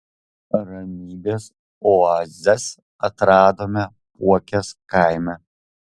ramybės oazes atradome puokės kaime